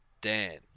Dan